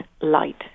light